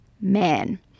man